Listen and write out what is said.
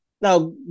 Now